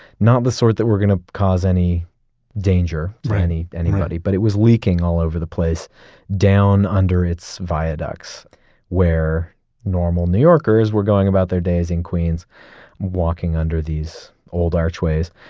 not the sort that were going to cause any danger to any anybody, but it was leaking all over the place down under it's via ducks where normal new yorkers were going about their days in queens walking under these old archways.